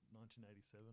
1987